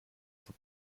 for